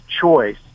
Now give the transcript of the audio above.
choice